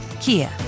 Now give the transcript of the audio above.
Kia